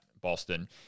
Boston